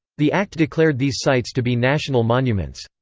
the act declared these sites to be national monuments.